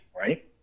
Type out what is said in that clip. right